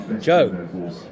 Joe